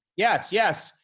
yes, yes.